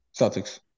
Celtics